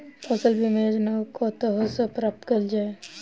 फसल बीमा योजना कतह सऽ प्राप्त कैल जाए?